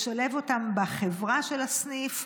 לשלב אותם בחברה של הסניף,